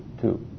Two